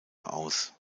aus